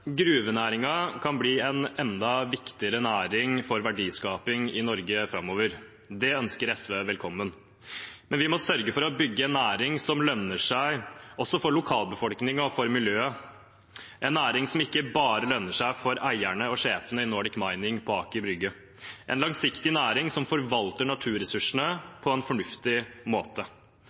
kan bli en enda viktigere næring for verdiskaping i Norge framover. Det ønsker SV velkommen. Men vi må sørge for å bygge en næring som lønner seg også for lokalbefolkningen og for miljøet, en næring som ikke bare lønner seg for eierne og sjefene i Nordic Mining på Aker brygge – en langsiktig næring som forvalter naturressursene på en fornuftig måte.